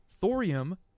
Thorium